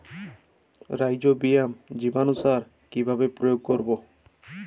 Rhizobium জীবানুসার কিভাবে প্রয়োগ করব?